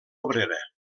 obrera